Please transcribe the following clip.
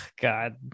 god